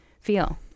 feel